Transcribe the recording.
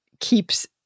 keeps